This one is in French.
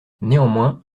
néanmoins